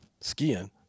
Skiing